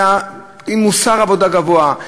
אלא עם מוסר עבודה גבוה,